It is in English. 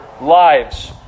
lives